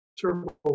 turbo